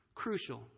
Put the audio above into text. Crucial